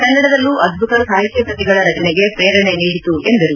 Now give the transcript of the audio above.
ಕನ್ನಡದಲ್ಲೂ ಅದ್ಭುತ ಸಾಹಿತ್ಯ ಕೃತಿಗಳ ರಚನೆಗೆ ಪ್ರೇರಣೆ ನೀಡಿತು ಎಂದರು